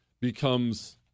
becomes